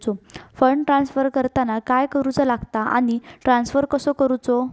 Fund transfer करताना काय करुचा लगता आनी ट्रान्स्फर कसो करूचो?